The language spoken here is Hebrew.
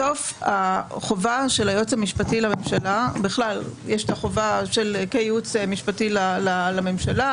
בסוף החובה של היועץ המשפטי לממשלה יש את החובה כייעוץ משפטי לממשלה,